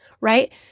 right